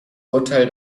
urteil